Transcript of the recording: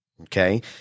Okay